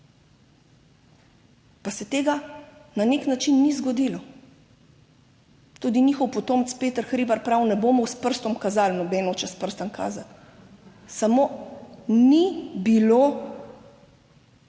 Pa se to na nek način ni zgodilo. Tudi njihov potomec Peter Hribar pravi: ne bomo s prstom kazali, noben noče s prstom kazati, samo ni bilo